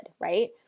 right